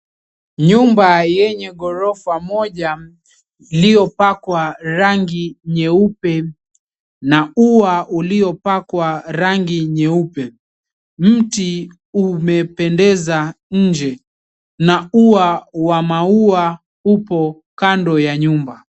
Nyumba yenye ghorofa moja iliopakwa rangi nyeupe, na ua ulio pakwa rangi nyeupe. Mti umependeza nje, na ua wa maua upo kando ya nyumba.